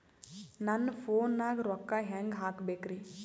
ನನ್ನ ಫೋನ್ ನಾಗ ರೊಕ್ಕ ಹೆಂಗ ಹಾಕ ಬೇಕ್ರಿ?